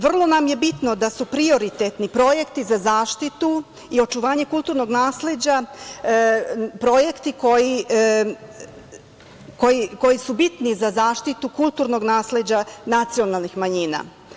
Vrlo nam je bitno da su prioritetni projekti za zaštitu i očuvanje kulturnog nasleđa projekti koji su bitni za zaštitu kulturnog nasleđa nacionalnih manjina.